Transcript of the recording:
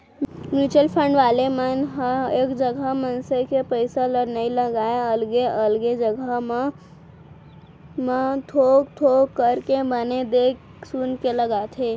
mutual fund वाले मन ह एक जगा मनसे के पइसा ल नइ लगाय अलगे अलगे जघा मन म थोक थोक करके बने देख सुनके लगाथे